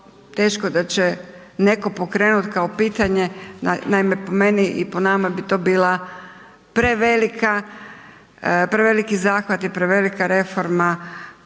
teško da će netko pokrenuti kao pitanje, naime po meni i po nama bi to bili preveliki zahvat i prevelika reforma